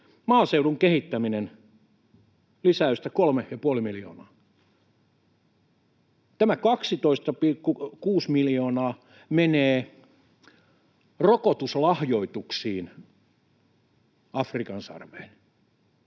Maaseudun kehittäminen, lisäystä kolme ja puoli miljoonaa. Tämä 12,6 miljoonaa menee rokotuslahjoituksiin Afrikan sarveen.